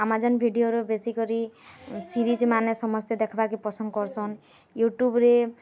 Amazon ଭିଡ଼ିଓର ବେଶୀ କରି ସିରିଜ୍ମାନେ ସମସ୍ତେ ଦେଖ୍ବାରକେ ପସନ୍ଦ୍ କରୁଛନ୍ ୟୁଟ୍ୟୁବ୍ରେ